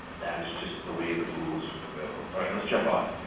that is just the way the rules go. all right let's jump off.